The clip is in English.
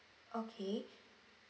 okay